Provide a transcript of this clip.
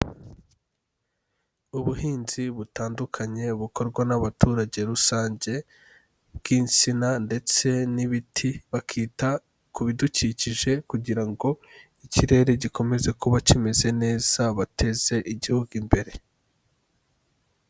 Ubuhinzi butandukanye bukorwa n'abaturage rusange bw'insina ndetse n'ibiti, bakita ku bidukikije kugira ngo ikirere gikomeze kuba kimeze neza bateze igihugu imbere.